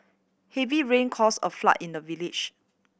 heavy rain caused a flood in the village